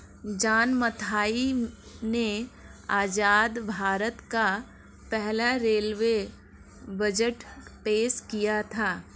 John Mathai ने आजाद भारत का पहला रेलवे बजट पेश किया था